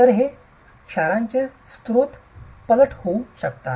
तर आपण हे क्षारांचे स्रोत दोन पट होऊ शकता